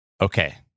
Okay